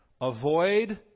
avoid